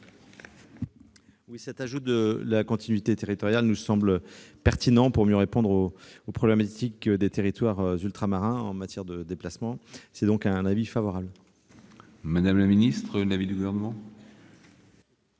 ? Cet ajout de la continuité territoriale nous semble pertinent pour mieux répondre aux problématiques des territoires ultramarins en matière de déplacement. Avis favorable. Quel est l'avis du Gouvernement ?